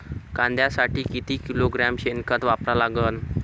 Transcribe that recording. कांद्यासाठी किती किलोग्रॅम शेनखत वापरा लागन?